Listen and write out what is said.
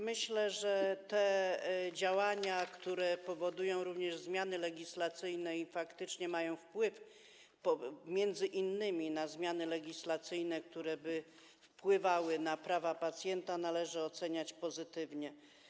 Myślę, że te działania, które powodują również zmiany legislacyjne i faktycznie mają wpływ m.in. na zmiany legislacyjne, które by wpływały na prawa pacjenta, należy oceniać pozytywnie.